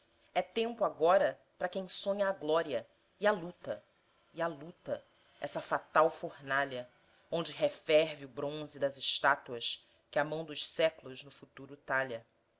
é tempo agora pra quem sonha a glória e a luta e a luta essa fatal fornalha onde referve o bronze das estátuas que a mão dos sec'los no futuro talha